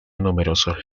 numerosos